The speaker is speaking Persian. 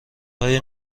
های